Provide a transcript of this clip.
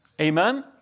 Amen